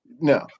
No